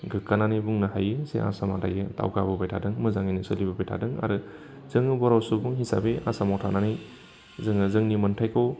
गोग्गानानै बुंनो हायो जे आसामा दायो दावगाबोबाय थादों मोजाङैनो सोलिबोबाय थादों आरो जोङो बर' सुबुं हिसाबै आसामाव थानानै जोङो जोंनि मोन्थायखौ